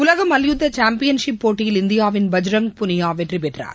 உலக மல்யுத்த championship போட்டியில் இந்தியாவின் பஜ்ரங் புனியா வெற்றி பெற்றார்